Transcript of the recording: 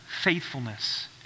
faithfulness